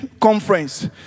conference